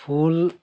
ফুল